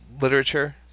literature